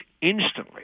instantly